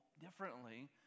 differently